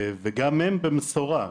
וגם הן במשורה.